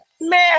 man